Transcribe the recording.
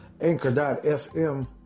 Anchor.fm